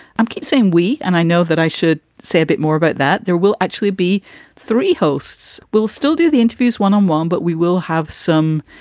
i'm keep saying we. and i know that i should say a bit more about but that. there will actually be three hosts will still do the interviews one on one. but we will have some,